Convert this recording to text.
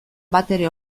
batere